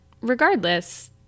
regardless